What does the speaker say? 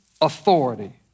authority